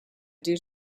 due